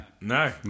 No